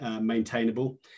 maintainable